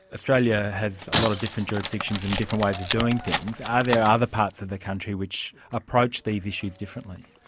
australia has a lot of different jurisdictions and different ways of doing things, are there other parts of the country which approach these issues differently?